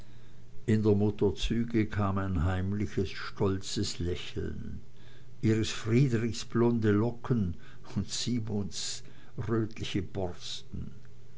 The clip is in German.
in der mutter züge kam ein heimliches stolzes lächeln ihres friedrichs blonde locken und simons rötliche bürsten